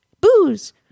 Booze